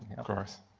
of course.